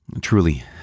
Truly